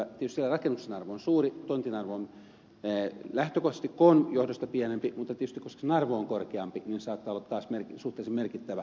tietysti siellä rakennusten arvo on suuri tontin arvo on lähtökohtaisesti koon johdosta pienempi mutta tietysti koska sen arvo on korkeampi niin se saattaa olla taas suhteellisen merkittävä